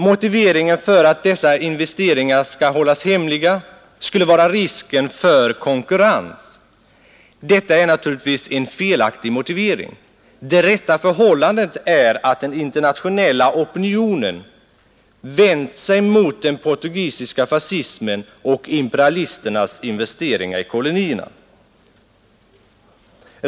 Motiveringen för att investeringarna hålls hemliga skulle vara risken för konkurrens. Det är naturligtvis en felaktig motivering. Det rätta förhållandet är att den internationella opinionen vänt sig mot den portugisiska fascismen och imperialisternas investeringar i kolonierna.